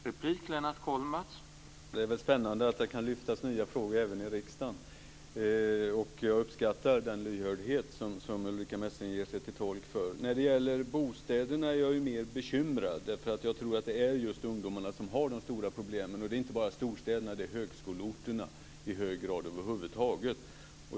Herr talman! Det är väl spännande att det kan lyftas fram nya frågor även i riskdagen. Jag uppskattar den lyhördhet som Ulrica Messing gör sig till tolk för. När det gäller bostäderna är jag mer bekymrd. Jag tror att det är just ungdomarna som har de stora problemen, och det inte bara i storstäderna utan i hög grad i högskoleorterna över huvud taget.